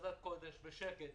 בחרדת קודש, בשקט.